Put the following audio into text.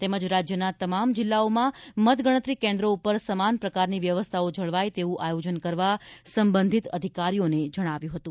તેમજ રાજ્યના તમામ જિલ્લાઓમાં મતગણતરી કેન્દ્રો પર સમાન પ્રકારની વ્યવસ્થાઓ જળવાય તેવું આયોજન કરવા સંબંધિત અધિકારીઓને જણાવ્યું હતું